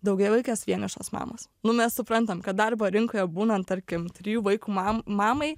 daugiavaikės vienišos mamos nu mes suprantam kad darbo rinkoje būnant tarkim trijų vaikų ma mamai